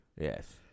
Yes